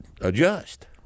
adjust